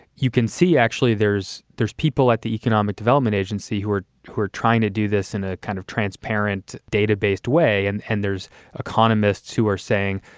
you can see actually there's there's people at the economic development agency who are who are trying to do this in a kind of transparent, data based way and and there's economists who are saying,